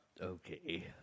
Okay